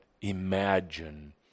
imagine